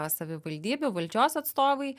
savivaldybių valdžios atstovai